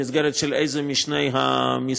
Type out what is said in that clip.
ובמסגרת של איזה משני המשרדים.